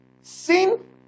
sin